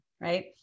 right